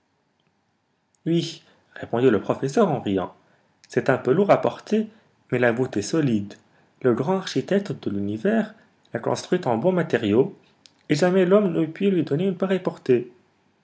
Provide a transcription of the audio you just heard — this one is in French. oui répondit le professeur en riant c'est un peu lourd à porter mais la voûte est solide le grand architecte de l'univers l'a construite on bons matériaux et jamais l'homme n'eût pu lui donner une pareille portée